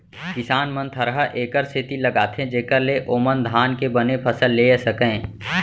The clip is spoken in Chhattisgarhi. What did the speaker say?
किसान मन थरहा एकर सेती लगाथें जेकर ले ओमन धान के बने फसल लेय सकयँ